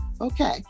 Okay